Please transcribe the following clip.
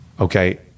Okay